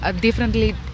differently